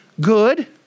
good